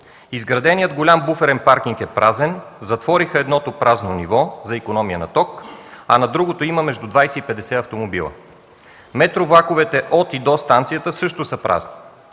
Изграденият голям буферен паркинг е празен, затвориха едното празно ниво за икономия на ток, а на другото има между 20 и 50 автомобила. Метровлаковете от и до станцията също са празни.